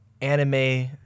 anime